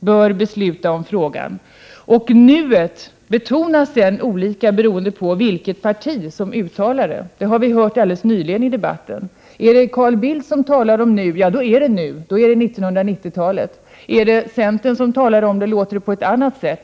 bör besluta i frågan, och detta ”nu” betonas sedan olika beroende på vilket parti som uttalar det. Vi hörde detta alldeles nyss i debatten. Är det Carl Bildt som talar om ”nu”, ja, då avser han 1990-talet. Är det centern som talar om ”nu”, låter det på ett annat sätt.